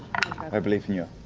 i believe in you.